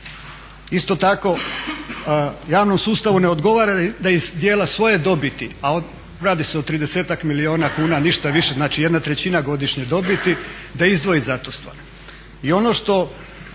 Isto tako javnom sustavu ne odgovara da iz dijela svoje dobiti, a radi se o 30-ak milijuna kuna, ništa više, znači jedna trećina godišnje dobiti, da izdvoji za tu stvar.